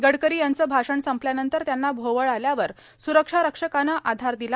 गडकरो यांचं भाषण संपल्यानंतर त्यांना भोवळ आल्यावर सुरक्षा रक्षकानं आधार र्दिला